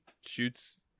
shoots